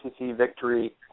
victory